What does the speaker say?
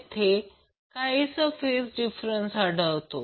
तेथे काहीसा phase difference आढळतो